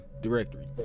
directory